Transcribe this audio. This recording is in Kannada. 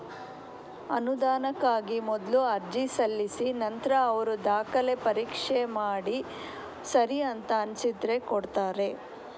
ಅನುದಾನಕ್ಕಾಗಿ ಮೊದ್ಲು ಅರ್ಜಿ ಸಲ್ಲಿಸಿ ನಂತ್ರ ಅವ್ರು ದಾಖಲೆ ಪರೀಕ್ಷೆ ಮಾಡಿ ಸರಿ ಅಂತ ಅನ್ಸಿದ್ರೆ ಕೊಡ್ತಾರೆ